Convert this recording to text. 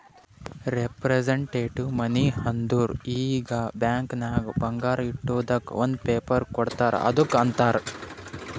representative money ಅಂದುರ್ ಈಗ bank ನಾಗ್ ಬಂಗಾರ ಇಟ್ಟಿದುಕ್ ಒಂದ್ ಪೇಪರ್ ಕೋಡ್ತಾರ್ ಅದ್ದುಕ್ ಅಂತಾರ್